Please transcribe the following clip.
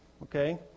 Okay